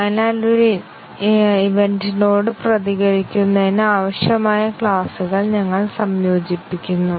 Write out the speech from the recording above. അതിനാൽ ഒരു ഇവന്റിനോട് പ്രതികരിക്കുന്നതിന് ആവശ്യമായ ക്ലാസുകൾ ഞങ്ങൾ സംയോജിപ്പിക്കുന്നു